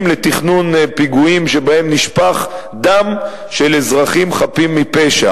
לתכנון פיגועים שבהם נשפך דם של אזרחים חפים מפשע,